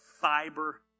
fiber